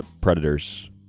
predators